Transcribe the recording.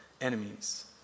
enemies